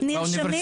באוניברסיטאות.